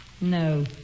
No